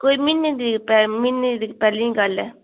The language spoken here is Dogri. कोेई म्हीने दी म्हीने दी पैह्लें दी गल्ल ऐ